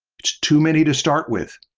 it's too many to start with.